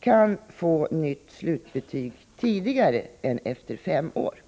kan få nytt slutbetyg tidigare än efter fem år.